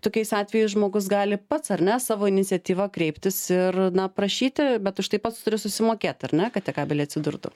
tokiais atvejais žmogus gali pats ar ne savo iniciatyva kreiptis ir prašyti bet už tai pats turi susimokėt ar ne kad tie kabeliai atsidurtų